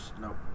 nope